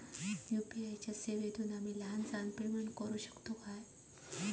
UPI च्या सेवेतून आम्ही लहान सहान पेमेंट करू शकतू काय?